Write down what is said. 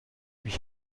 mich